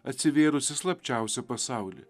atsivėrusį slapčiausią pasaulį